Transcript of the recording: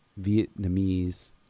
Vietnamese